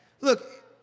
Look